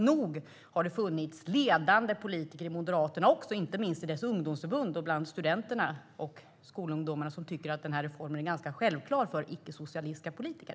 Nog har det funnits ledande politiker också i Moderaterna, inte minst i dess ungdomsförbund och bland studenter och skolungdomar, som tycker att den här reformen är ganska självklar för icke-socialistiska politiker.